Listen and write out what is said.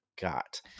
got